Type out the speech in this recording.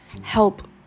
help